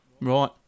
right